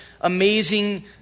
amazing